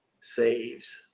saves